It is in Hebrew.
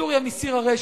סוריה מציר הרשע.